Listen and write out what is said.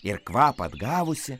ir kvapą atgavusi